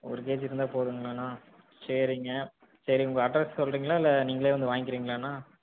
ஒரு கேஜி இருந்தால் போதுங்களாண்ணா சரிங்க சரி உங்கள் அட்ரஸ் சொல்கிறிங்களா இல்லை நீங்களே வந்து வாங்கிக்கிறீங்களாண்ணா